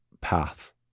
path